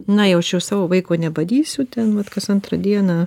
na jau čia aš savo vaiko nebadysiu ten vat kas antrą dieną